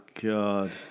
God